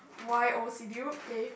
why play